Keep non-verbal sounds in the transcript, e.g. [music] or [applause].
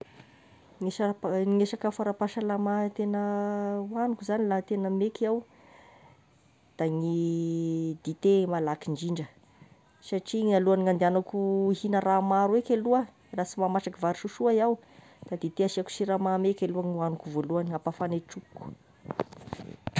Ny sapa- sakafo ara-pasalama tegna [hesitation] hoaniko zagny laha tegna meky aaho, da ny dité malaky indrindra, satria gn'alohan'ny handeanako higna raha maro eky aloha raha sy mahamasaky vary sososa aho, de dité asiako siramamy eky aloha no hoaniko voalohagny, mba hampafane trokiko.